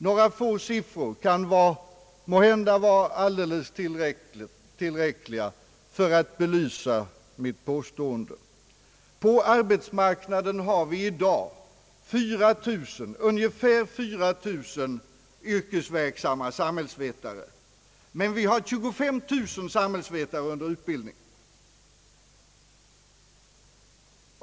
Några få siffror kan måhända vara tillräckliga för att belysa mitt påståendé; På arbetsmarknaden har vi i dag ungefär 4000 yrkesverksamma samhällsvetare. Men vi har 25000 samhällsvetare under utbildning.